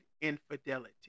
infidelity